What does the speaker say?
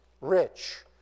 rich